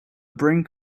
brink